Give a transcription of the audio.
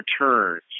returns